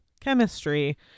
chemistry